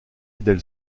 del